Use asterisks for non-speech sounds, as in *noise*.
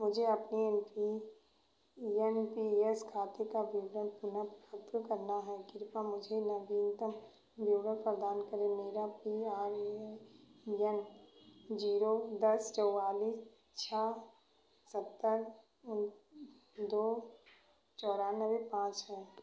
मुझे अपने N P N P S खाते का विवरन पुनः *unintelligible* करना है कृपया मुझे नवीनतम विवरण प्रदान करें मेरा P R A *unintelligible* N zero दस चौवालीस छः सत्तर दो चौरानवे पाँच है